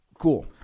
cool